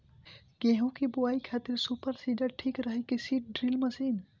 गेहूँ की बोआई खातिर सुपर सीडर ठीक रही की सीड ड्रिल मशीन?